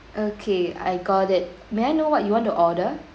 okay I got it may I know what you want to order